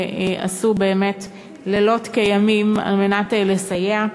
שעשו לילות כימים כדי לסייע,